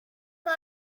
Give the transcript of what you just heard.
por